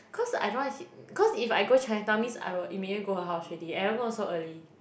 cause I don't want to cause if I go Chinatown means I'll immediately go her house already and I don't want to go so early